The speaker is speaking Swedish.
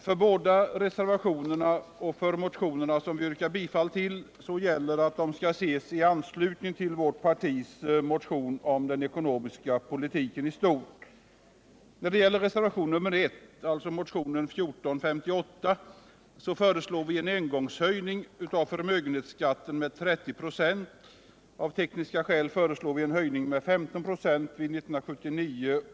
För båda reservationerna, och för motionerna som vi yrkar bifall till, gäller att de skall ses i anslutning till vår partimotion om den ekonomiska politiken i stort.